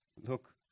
look